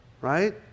Right